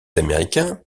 américains